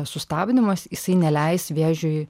sustabdymas jisai neleis vėžiui